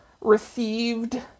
received